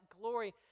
glory